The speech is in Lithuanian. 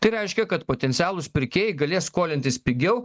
tai reiškia kad potencialūs pirkėjai galės skolintis pigiau